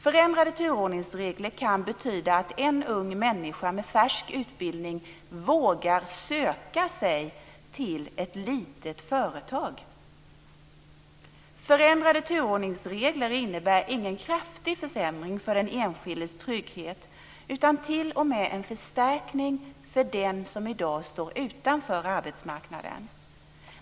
Förändrade turordningsregler kan betyda att en ung människa med färsk utbildning vågar söka sig till ett litet företag. Förändrade turordningsregler innebär ingen kraftig försämring för den enskildes trygghet utan t.o.m. en förstärkning för den som i dag står utanför arbetsmarknaden.